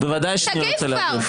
תגיב כבר.